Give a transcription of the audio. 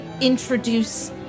introduce